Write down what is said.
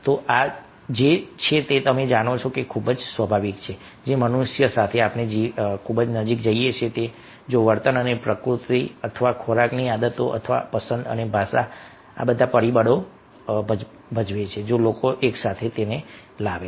તો આ છે તમે જાણો છો કે આ ખૂબ જ સ્વાભાવિક છે જે મનુષ્ય સાથે આપણે ખૂબ જ નજીક આવીએ છીએ અને જો વર્તન અને પ્રકૃતિ અથવા ખોરાકની આદતો અથવા પસંદ અને ભાષા આ પરિબળો છે જે લોકોને એક સાથે લાવે છે